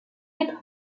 être